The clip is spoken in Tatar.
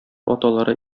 аталары